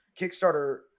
Kickstarter